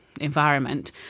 environment